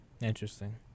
Interesting